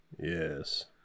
yes